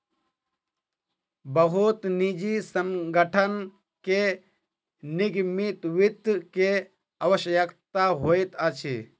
बहुत निजी संगठन के निगमित वित्त के आवश्यकता होइत अछि